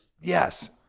Yes